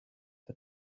had